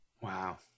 Wow